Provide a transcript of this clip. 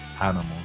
animals